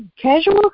casual